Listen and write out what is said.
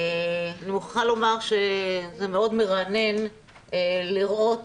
אני מוכרחה לומר שזה מאוד מרענן לראות